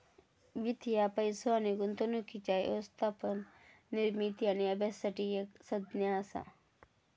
वित्त ह्या पैसो आणि गुंतवणुकीच्या व्यवस्थापन, निर्मिती आणि अभ्यासासाठी एक संज्ञा असा